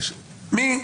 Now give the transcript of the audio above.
מי?